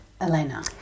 Elena